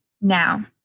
now